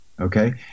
okay